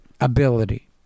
ability